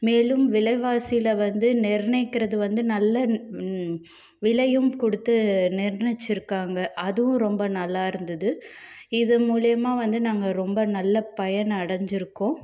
மேலும் விலைவாசியில் வந்து நிர்ணயிக்கிறது வந்து நல்ல விலையும் கொடுத்து நிர்ணயிச்சிருக்காங்க அதுவும் ரொம்ப நல்லா இருந்தது இது மூலயமா வந்து நாங்கள் ரொம்ப நல்ல பயன் அடைஞ்சிருக்கோம்